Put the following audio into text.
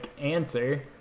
answer